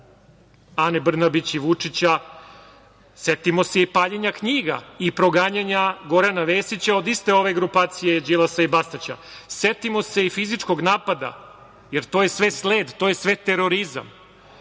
Ane Brnabić i Vučića. Setimo se i paljenja knjiga i proganjanja Gorana Vesića od ove iste grupacije Đilasa i Bastaća. Setimo se i fizičkog napada, jer to je sve sled, to je sve terorizam,